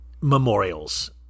Memorials